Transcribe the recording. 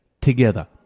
together